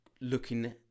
looking